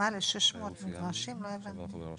בן אדם